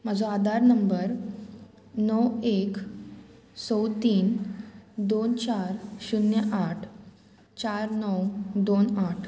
म्हजो आदार नंबर णव एक स तीन दोन चार शुन्य आठ चार णव दोन आठ